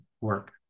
work